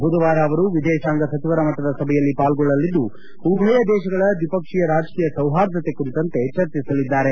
ಬುಧವಾರ ಅವರು ವಿದೇಶಾಂಗ ಸಚಿವರ ಮಟ್ಟದ ಸಭೆಯಲ್ಲಿ ಪಾಲ್ಗೊಳ್ಳಲಿದ್ದು ಉಭಯ ದೇಶಗಳ ದ್ವಿಪಕ್ಷೀಯ ರಾಜಕೀಯ ಸೌಹಾರ್ದತೆ ಕುರಿತಂತೆ ಚರ್ಚಿಸಲಿದ್ದಾರೆ